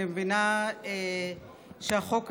אני מבינה שהחוק הזה,